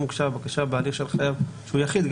הוגשה הבקשה בהליך של חייב שהוא יחיד,